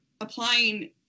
applying